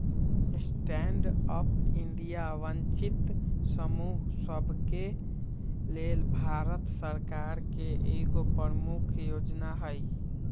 stand up India वंचित समूह सभके लेल भारत सरकार के एगो प्रमुख जोजना हइ